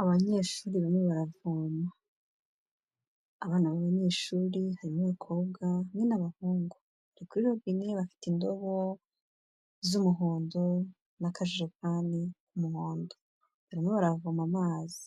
Abanyeshuri barimo baravoma abana ba banyeshuri harimo abakombwa hamwe n'abahungu kuri robine bafite indobo z'umuhondo n'akajerekani k'umuhondo barimo baravoma amazi